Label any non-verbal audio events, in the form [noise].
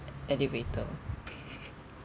elevator [laughs]